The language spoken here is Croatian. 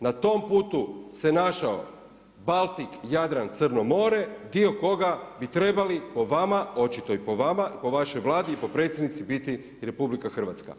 Na tom putu se našao Baltik, Jadran, Crno more dio koga bi trebali po vama, očito i po vama, po vašoj Vladi i po predsjednici biti i RH.